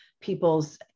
people's